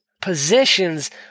positions